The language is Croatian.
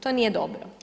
To nije dobro.